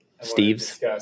Steve's